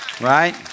Right